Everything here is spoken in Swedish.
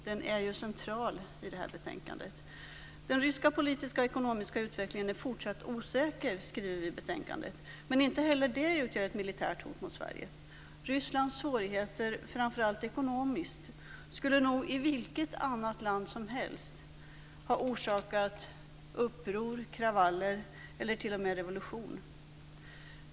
Den är central i betänkandet. Den ryska politiska och ekonomiska utvecklingen är fortsatt osäker, skriver vi i betänkandet, men inte heller det utgör ett militärt hot mot Sverige. Rysslands svårigheter, framför allt ekonomiskt, skulle i vilket annat land som helst ha orsakat uppror, kravaller eller t.o.m. revolution.